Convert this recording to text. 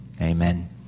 Amen